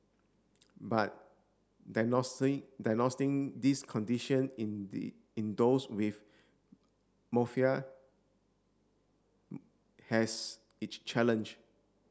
but diagnosing diagnosing this condition in the in those with has it challenge